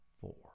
four